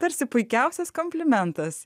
tarsi puikiausias komplimentas